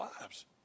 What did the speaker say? lives